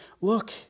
look